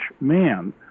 man